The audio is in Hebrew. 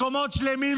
מקומות שלמים,